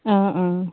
অঁ অঁ